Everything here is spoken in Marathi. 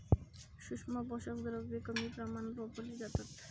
सूक्ष्म पोषक द्रव्ये कमी प्रमाणात वापरली जातात